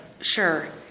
Sure